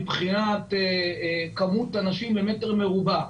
מבחינת מספר האנשים למטר מרובע,